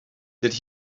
dydy